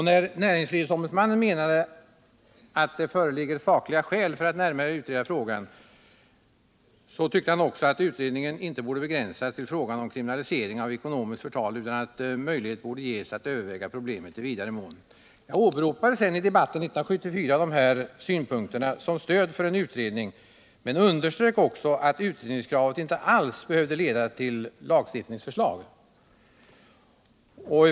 När näringsfrihetsombudsmannen menade att sakliga skäl förelåg att utreda frågan tyckte han också att utredningen inte borde begränsas till frågan om kriminalisering av ekonomiskt förtal, utan att en möjlighet också borde ges att överväga problemet i vidare mån. Jag åberopade i debatten år 1974 dessa synpunkter som stöd för en utredning men underströk också att utredningskravet inte alls behövde leda till lagstiftningsförslag.